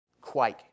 quake